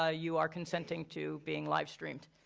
ah you are consenting to being live streamed.